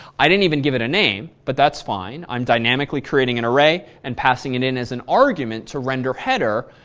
i didn't even give it a name but that's fine. i'm dynamically creating an array and passing it in as an argument to renderheader.